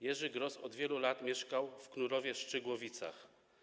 Jerzy Gros od wielu lat mieszkał w Knurowie-Szczygłowicach.